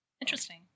Interesting